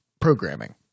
programming